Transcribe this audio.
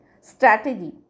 strategy